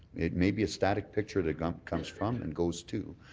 it may be a static picture that comes comes from and goes to,